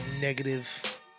negative